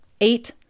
eight